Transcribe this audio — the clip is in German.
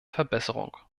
verbesserung